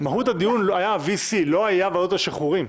מהות הדיון הייתה ה-VC, לא הייתה ועדות השחרורים.